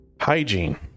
Hygiene